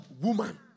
woman